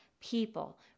people